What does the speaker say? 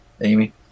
Amy